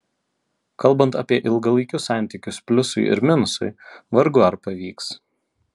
kalbant apie ilgalaikius santykius pliusui ir minusui vargu ar pavyks